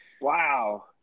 Wow